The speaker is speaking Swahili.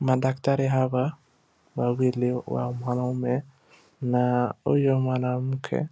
Madaktari hawa wawili wa mwanaume na huyo mwanamke,